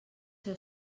ser